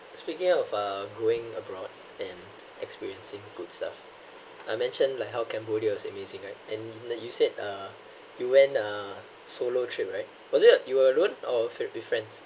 speaking of uh going abroad and experiencing good stuff I mentioned like how cambodia was amazing right and you said uh you went a solo trip right was it you were alone or were with friends